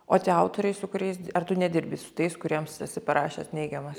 o tie autoriai su kuriais ar tu nedirbi su tais kuriems esi parašęs neigiamas